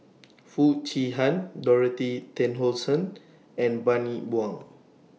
Foo Chee Han Dorothy Tessensohn and Bani Buang